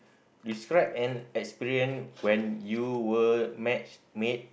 describe an experience when you were matchmade